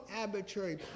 arbitrary